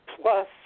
plus